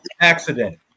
accident